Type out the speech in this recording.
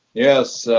yes,